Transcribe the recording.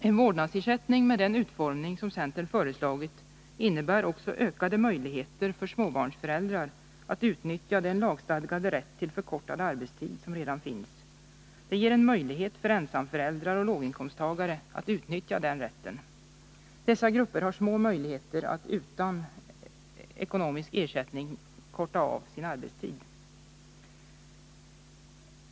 En vårdnadsersättning med den utformning som centern har föreslagit innebär också ökade möjligheter för småbarnsföräldrar att utnyttja den lagstadgade rätt till förkortad arbetstid som redan finns. Det ger en möjlighet för ensamföräldrar och låginkomsttagare att utnyttja den rätten. Dessa grupper har små möjligheter att utan ekonomisk ersättning förkorta sin arbetstid.